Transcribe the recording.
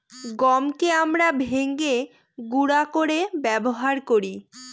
গমকে আমরা ভেঙে গুঁড়া করে ব্যবহার করি